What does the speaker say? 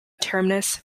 terminus